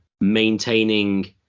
maintaining